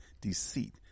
deceit